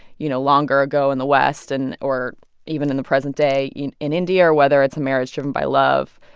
you know, longer ago in the west and or even in the present day in in india or whether it's a marriage driven by love,